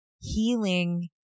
healing